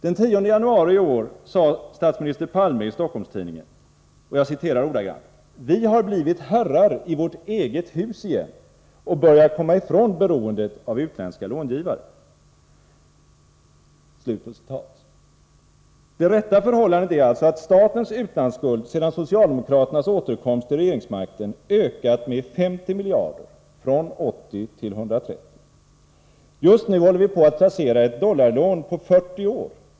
Den 10 januari i år sade statsminister Palme i Stockholms-Tidningen: ”Vi har blivit herrar i vårt eget hus igen och börjar komma ifrån beroendet av utländska långivare.” Men det rätta förhållandet är alltså att statens utlandsskuld sedan socialdemokraternas återkomst till regeringsmakten ökat med 50 miljarder — från 80 till 130 miljarder. Just nu håller vi på att placera ett dollarlån på 40 år.